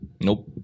Nope